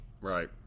Right